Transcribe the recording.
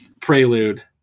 prelude